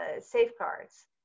safeguards